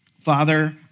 Father